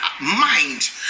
mind